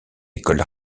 écoles